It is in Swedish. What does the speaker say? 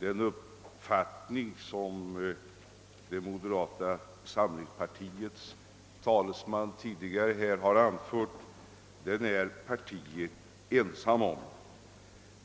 samlingspartiet är ensamt om den uppfattning som dess talesman tidigare anfört.